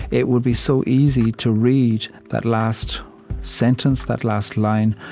it would be so easy to read that last sentence, that last line,